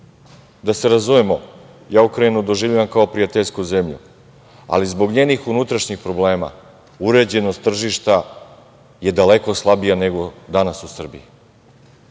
Da se razumemo, ja Ukrajinu doživljavam kao prijateljsku zemlju, ali zbog njenih unutrašnjih problema uređenost tržišta je daleko slabija nego danas u Srbiji. Onda